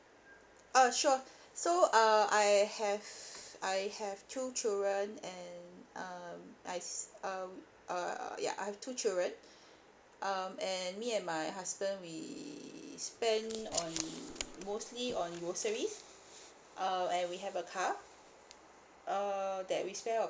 uh sure so uh I have I have two children and um I um err ya I have two children um and me and my husband we spend on mostly on groceries uh and we have a car err that we spend on